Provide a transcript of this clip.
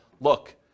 look